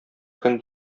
көн